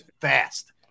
fast